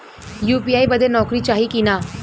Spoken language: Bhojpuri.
यू.पी.आई बदे नौकरी चाही की ना?